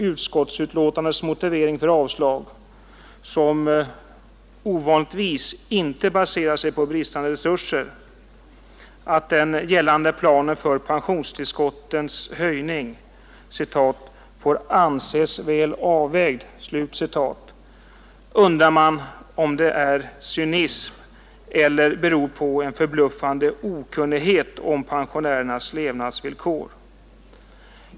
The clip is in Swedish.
Utskottets motivering för avstyrkande, som ovanligt nog inte baseras på bristande resurser, är att den gällande planen för pensionstillskottens höjning ”får anses väl avvägd”. Man undrar om den motiveringen är ett utslag av cynism eller om den beror på en förbluffande okunnighet om pensionärernas levnadsvillkor.